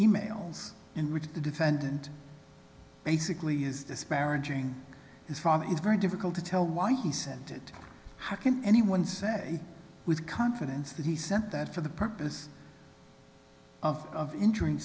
e mails in which the defendant basically is disparaging his from it's very difficult to tell why he sent it how can anyone say with confidence that he sent that for the purpose injuring